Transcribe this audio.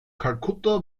kalkutta